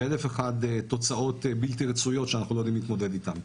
ואלה תוצאות בלתי רצויות שאנחנו לא יודעים להתמודד איתם.